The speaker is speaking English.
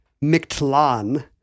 Mictlan